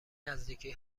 نزدیکی